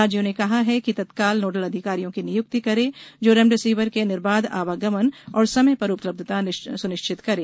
राज्यों से कहा गया है कि तत्काल नोडल अधिकारियों की नियुक्ति करें जो रेमडेसिविर के निर्बाध आवागमन और समय पर उपलब्धता सुनिश्चित करें